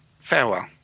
Farewell